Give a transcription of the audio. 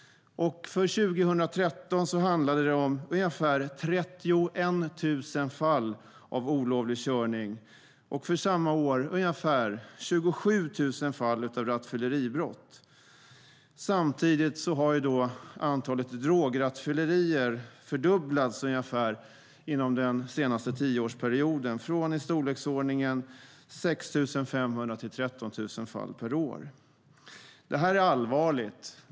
För 2013 handlade det om ungefär 31 000 fall av olovlig körning och för samma år ungefär 27 000 fall av rattfylleribrott. Samtidigt har antalet drograttfyllerier ungefär fördubblats under den senaste tioårsperioden från i storleksordningen 6 500 till 13 000 fall per år. Detta är allvarligt.